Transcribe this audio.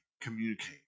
communicate